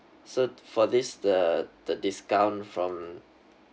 so for this the the discount from